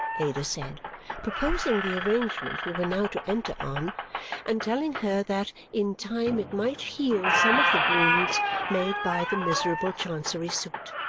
ada said proposing the arrangement we were now to enter on and telling her that in time it might heal some of the wounds made by the miserable chancery suit.